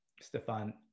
stefan